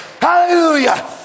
Hallelujah